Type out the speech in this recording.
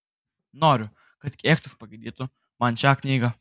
noriu kad kėkštas pagydytų man šią knygą